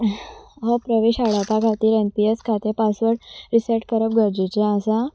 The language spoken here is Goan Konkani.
हो प्रवेश आडावपा खातीर एन पी एस खातें पासवर्ड रिसेॅट करप गरजेचें आसा